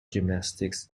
gymnastics